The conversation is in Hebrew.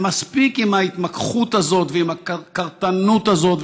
מספיק עם ההתמקחות הזאת ועם הקרתנות הזאת,